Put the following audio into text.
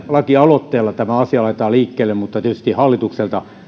lakialoitteella tämä asia laitetaan liikkeelle mutta tietysti hallitukselta